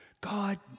God